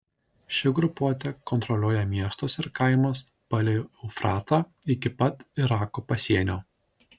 ši grupuotė kontroliuoja miestus ir kaimus palei eufratą iki pat irako pasienio